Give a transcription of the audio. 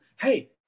Hey